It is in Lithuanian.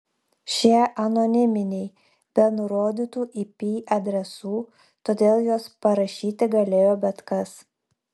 šie anoniminiai be nurodytų ip adresų todėl juos parašyti galėjo bet kas